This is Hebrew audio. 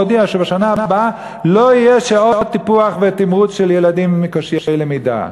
להודיע שבשנה הבאה לא יהיו שעות טיפוח ותמרוץ של ילדים עם קשיי למידה.